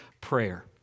prayer